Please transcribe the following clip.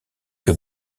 que